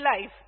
life